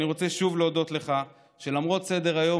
אני רוצה שוב להודות לך על שלמרות סדר-היום